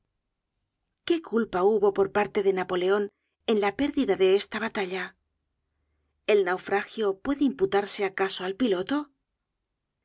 qué culpa hubo por parte de napoleon en la pérdida de esta batalla el naufragio puede imputarse acaso al piloto